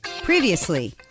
previously